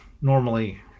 normally